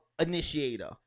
initiator